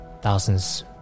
thousands